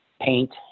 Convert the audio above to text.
paint